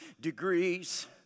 degrees